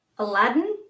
Aladdin